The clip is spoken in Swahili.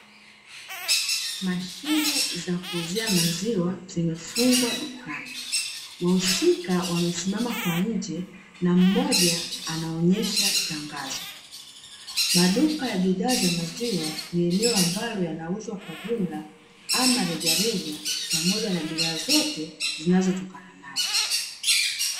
Mashine za kuuzia maziwa zimefungwa dukani, wahusika wamesimama kwa nje na mmoja anaonyesha tangazo. Maduka ya bidhaa za maziwa ni eneo ambalo yanauzwa kwa jumla ama rejareja pamoja na bidhaa zote zinazotokana nayo.